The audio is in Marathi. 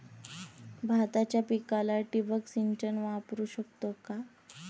भाताच्या पिकाला ठिबक सिंचन वापरू शकतो का?